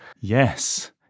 Yes